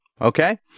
Okay